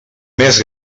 més